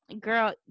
Girl